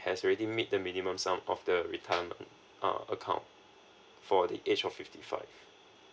has already meet the minimum sum of the retirement uh account for the age of fifty five